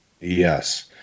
Yes